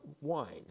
wine